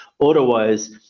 Otherwise